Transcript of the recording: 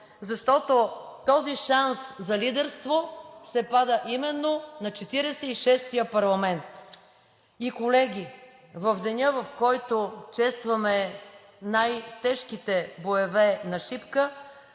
защото този шанс за лидерство се пада именно на 46-ия парламент. Колеги, в деня, в който честваме най-тежките боеве на Шипка,